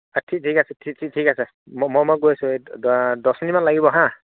ঠিকে আছে ঠিক আছে ম ম মই গৈ আছোঁ দহ মিনিটমান লাগিব হা